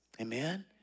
Amen